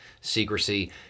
secrecy